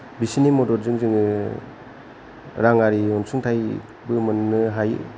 बिसोरनि मददजों जोङो रांआरि अनसुंथायबो मोन्नो हायो